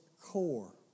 core